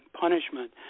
punishment